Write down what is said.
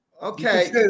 Okay